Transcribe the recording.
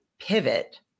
pivot